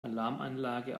alarmanlage